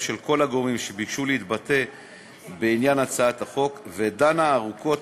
של כל הגורמים שביקשו להתבטא בעניין הצעת החוק ודנה ארוכות